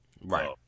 Right